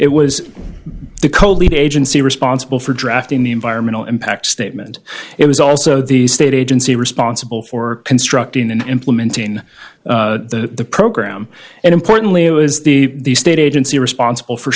it was the cold lead agency responsible for drafting the environmental impact statement it was also the state agency responsible for constructing and implementing the program and importantly it was the state agency responsible for